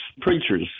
preachers